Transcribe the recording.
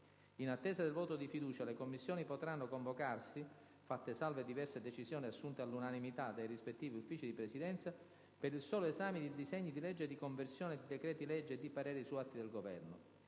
In attesa del voto di fiducia, le Commissioni potranno convocarsi, fatte salve diverse decisioni assunte all'unanimità dai rispettivi Uffici di Presidenza, per il solo esame di disegni di legge di conversione di decreti-legge e di pareri su atti del Governo.